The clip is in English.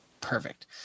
Perfect